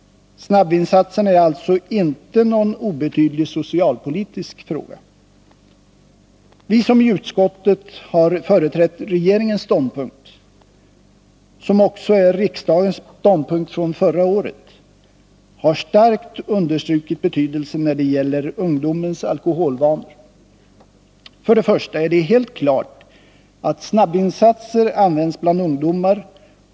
Snabbvinsatserna är alltså inte någon obetydlig socialpolitisk fråga. Vi som i utskottet har företrätt regeringens ståndpunkt, som också är riksdagens ståndpunkt från förra året, har starkt understrukit snabbvinsatsernas betydelse när det gäller ungdomens alkoholvanor. För det första är det helt klart att snabbvinsatser används bland ungdomar.